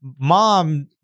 mom